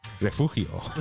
Refugio